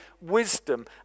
wisdom